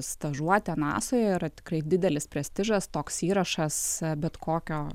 stažuotė nasoj jau yra tikrai didelis prestižas toks įrašas bet kokio